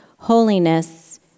Holiness